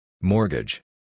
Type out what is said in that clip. Mortgage